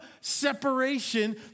separation